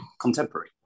contemporary